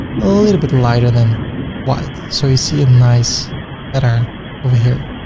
little little bit lighter than white. so you see a nice pattern over here.